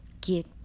get